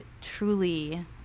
truly